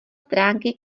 stránky